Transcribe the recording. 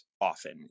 often